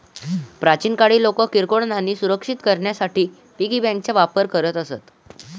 प्राचीन काळी लोक किरकोळ नाणी सुरक्षित करण्यासाठी पिगी बँकांचा वापर करत असत